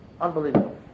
Unbelievable